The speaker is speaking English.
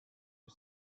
you